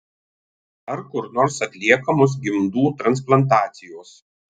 ar kur nors atliekamos gimdų transplantacijos